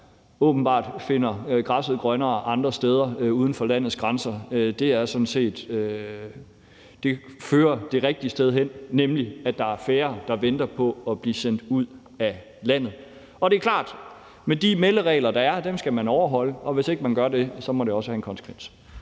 der åbenbart finder græsset grønnere andre steder uden for landets grænser. Det fører det rigtige sted hen, nemlig til at der er færre, der venter på at blive sendt ud af landet. Og det er klart, at de melderegler, der er, skal man overholde, og hvis ikke man gør det, må det også have en konsekvens.